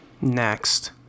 Next